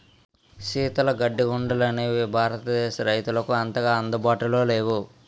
శీతల గడ్డంగులనేవి భారతదేశ రైతులకు అంతగా అందుబాటులో లేవు